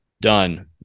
done